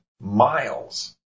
miles